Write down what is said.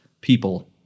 people